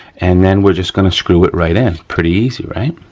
and then we're just gonna screw it right in. pretty easy, right?